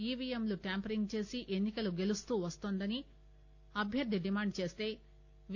ఈవిఎంలు tampering చేసి ఎన్ని కలు గెలుస్తూ వన్తోందని అభ్యర్థి డిమాండ్ చేస్తే వి